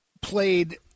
played